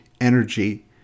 energy